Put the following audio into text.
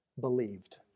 believed